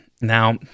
Now